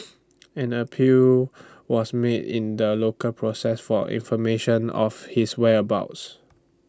an appeal was made in the local process for information of his whereabouts